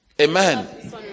Amen